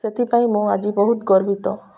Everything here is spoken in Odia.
ସେଥିପାଇଁ ମୁଁ ଆଜି ବହୁତ ଗର୍ବିତ